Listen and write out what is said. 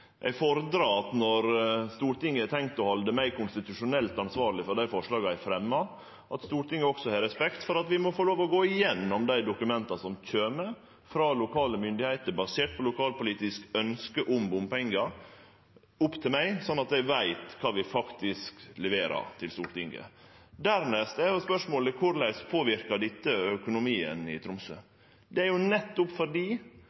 Eg fordrar, når Stortinget har tenkt å halde meg konstitusjonelt ansvarleg for forslaga eg fremjar, at Stortinget òg har respekt for at vi må få lov til å gå gjennom dokumenta som kjem til meg frå lokale myndigheiter, og som er baserte på lokalpolitiske ønske om bompengar, slik at eg veit kva vi faktisk leverer til Stortinget. Dernest er spørsmålet: Korleis påverkar dette økonomien i Tromsø? Det er nettopp fordi